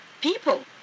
people